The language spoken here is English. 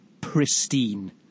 pristine